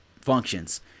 functions